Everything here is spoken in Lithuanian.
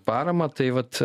paramą tai vat